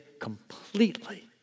completely